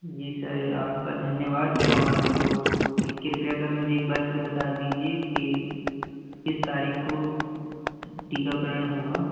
जी sir आपका धन्यवाद तो कृपया कर मुझे एक बार फिर बता दीजिए कि किस तारीख को टीकाकरण होगा